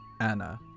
Anna